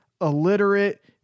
illiterate